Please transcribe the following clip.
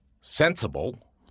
sensible